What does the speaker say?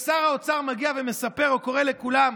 שר האוצר מגיע ומספר וקורא לכולם: